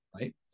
Right